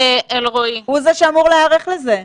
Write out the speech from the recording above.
הוא זה שאמור להיערך לזה.